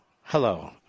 Hello